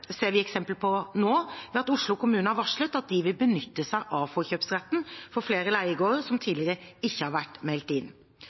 ser vi eksempler på nå, ved at Oslo kommune har varslet at de vil benytte seg av forkjøpsretten for flere leiegårder som